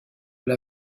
elle